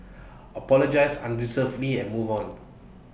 apologise unreservedly and move on